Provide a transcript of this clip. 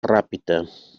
ràpita